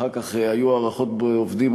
אחר כך היו הערכות עובדים,